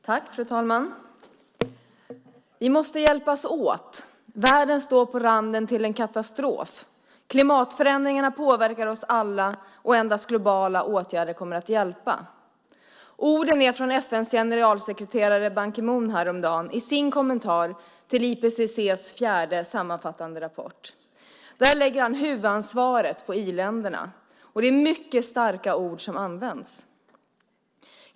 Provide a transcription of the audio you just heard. Fru talman! Vi måste hjälpas åt. Världen står på randen till en katastrof. Klimatförändringarna påverkar oss alla, och endast globala åtgärder kommer att hjälpa. Orden är från FN:s generalsekreterare Ban Ki-Moons kommentar häromdagen till IPCC:s fjärde sammanfattande rapport. Där lägger han huvudansvaret på i-länderna, och det är mycket starka ord som används.